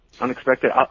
unexpected